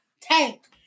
Tank